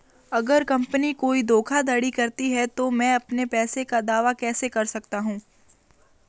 अगर कंपनी कोई धोखाधड़ी करती है तो मैं अपने पैसे का दावा कैसे कर सकता हूं?